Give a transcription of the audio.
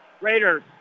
Raiders